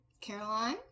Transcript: caroline